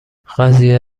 قضیه